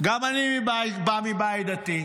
גם אני בא מבית דתי,